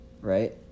right